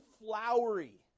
flowery